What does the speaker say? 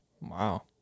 wow